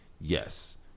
yes